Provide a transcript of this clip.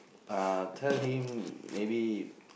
uh tell him maybe